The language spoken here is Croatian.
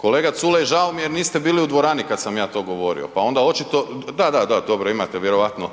Kolega Culej, žao mi je jer niste bili u dvorani kad sam ja to govorio pa onda očito, da, da, dobro, imate vjerojatno